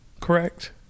Correct